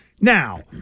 Now